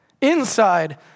Inside